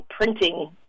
printing